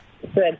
Good